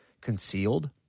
concealed